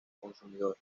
consumidor